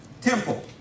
temple